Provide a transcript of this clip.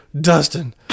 Dustin